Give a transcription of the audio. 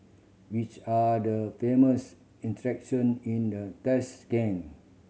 which are the famous attraction in the Tashkent